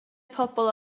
pobl